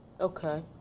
Okay